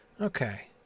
Okay